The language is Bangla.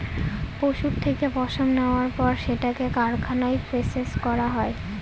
পশুর থেকে পশম নেওয়ার পর সেটাকে কারখানায় প্রসেস করা হয়